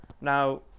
now